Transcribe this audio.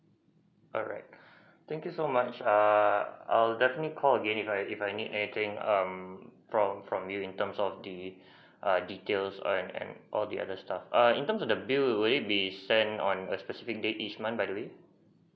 alright thank you so much err I'll definitely call again if I if I need anything um from from you in terms of the err details and and all the other stuff err in terms of bill will it be sent on a specific date each month by the way